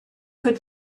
could